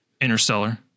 interstellar